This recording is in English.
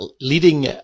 leading